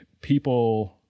people